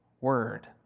Word